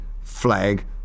flag